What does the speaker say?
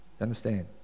Understand